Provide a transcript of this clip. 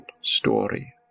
story